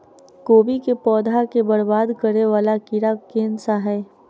कोबी केँ पौधा केँ बरबाद करे वला कीड़ा केँ सा है?